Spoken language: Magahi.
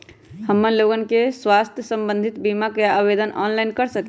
हमन लोगन के स्वास्थ्य संबंधित बिमा का आवेदन ऑनलाइन कर सकेला?